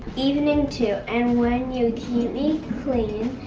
evening too. and when you keep me clean,